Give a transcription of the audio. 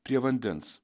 prie vandens